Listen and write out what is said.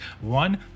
One